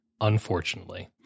unfortunately